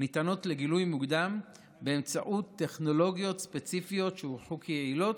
ניתנות לגילוי מוקדם באמצעות טכנולוגיות ספציפיות שהוכחו כיעילות,